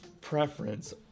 preference